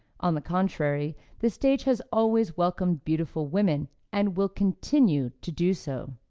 on the contrary, the stage has always welcomed beautiful women, and will continue to do so.